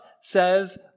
says